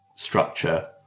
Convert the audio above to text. Structure